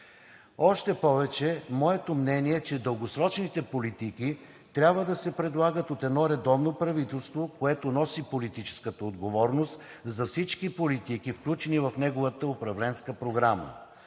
Още повече моето мнение е, че дългосрочните политики трябва да се предлагат от едно редовно правителство, което носи политическата отговорност за всички политики, включени в неговата управленска програма.